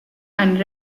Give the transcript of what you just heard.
and